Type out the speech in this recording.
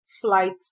flight